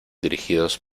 dirigidos